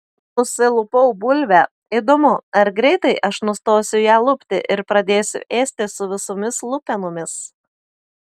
nusilupau bulvę įdomu ar greitai aš nustosiu ją lupti ir pradėsiu ėsti su visomis lupenomis